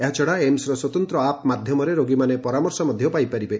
ଏହାଛଡ଼ା ଏମ୍ସର ସ୍ୱତନ୍ତ ଆପ୍ ମାଧ୍ଧମରେ ରୋଗୀମାନେ ପରାମର୍ଶ ପାଇପାରିବେ